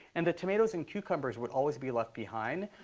and the tomatoes and cucumbers would always be left behind.